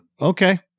okay